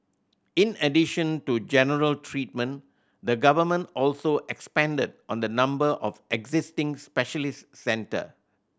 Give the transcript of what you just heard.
in addition to general treatment the Government also expanded on the number of existing specialist centre